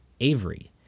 Avery